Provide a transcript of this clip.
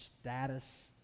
status